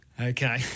okay